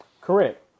Correct